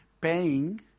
paying